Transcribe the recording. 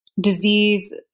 disease